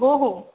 हो हो